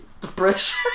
Depression